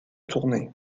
tourner